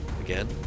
Again